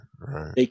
right